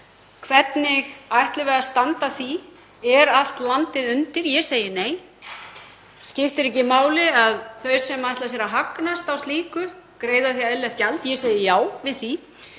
Hvernig ætlum við að standa að þeim málum? Er allt landið undir? Ég segi nei. Skiptir ekki máli að þau sem ætla sér að hagnast á slíku greiði af því eðlilegt gjald? Ég segi já við því.